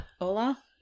Ola